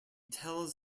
tells